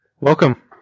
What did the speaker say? Welcome